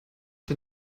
den